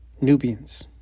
Nubians